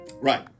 Right